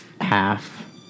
half